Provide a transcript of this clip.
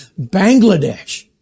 Bangladesh